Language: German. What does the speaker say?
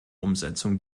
umsetzung